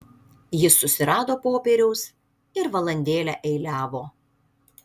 jis susirado popieriaus ir valandėlę eiliavo